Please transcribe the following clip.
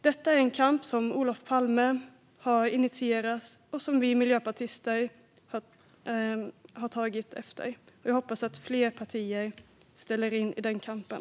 Detta är en kamp som Olof Palme initierade och som vi miljöpartister har tagit efter. Jag hoppas att fler partier ska följa oss i den kampen.